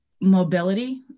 mobility